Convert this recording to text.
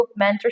mentorship